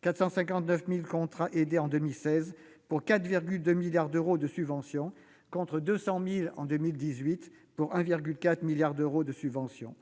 459 000 contrats aidés en 2016 pour 4,2 milliards d'euros de subventions, on n'en dénombrait plus que 200 000 en 2018 pour 1,4 milliard d'euros de subventions.